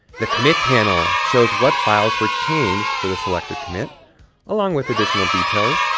the commit panel shows what files were changed for the selected commit along with additional details.